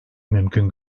mümkün